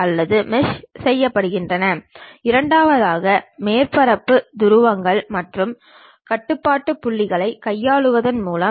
இனிமேல் 2 தொகுதிகளில் orthographic projections பற்றி பார்க்கலாம்